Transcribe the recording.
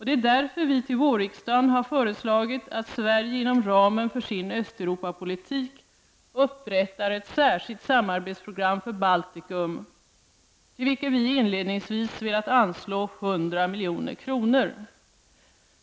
Det är därför vi till vårriksdagen har föreslagit att Sverige inom ramen för sin Östeuropapolitik upprättar ett särskilt samarbetsprogram för Baltikum till vilket vi inledningsvis velat anslå 100 milj.kr.